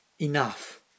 enough